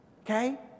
Okay